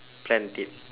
planned it